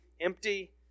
empty